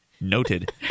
Noted